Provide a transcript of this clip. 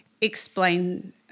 explain